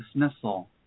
dismissal